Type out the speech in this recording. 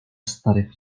starych